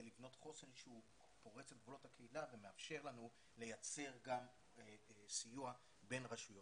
לבנות חוסן שפורץ את גבולות הקהילה ומאפשר לנו לייצר גם סיוע בין רשויות.